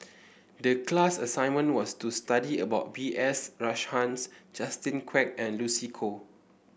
the class assignment was to study about B S Rajhans Justin Quek and Lucy Koh